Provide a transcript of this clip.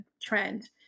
trend